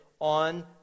on